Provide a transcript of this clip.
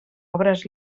obres